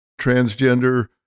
transgender